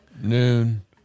noon